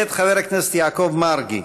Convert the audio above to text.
מאת חבר הכנסת יעקב מרגי.